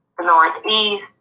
Northeast